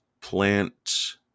plant